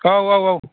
औ औ औ